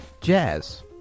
Jazz